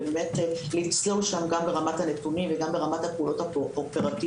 ובאמת לצלול שם גם ברמת הנתונים וגם ברמת הפעולות האופרטיביות,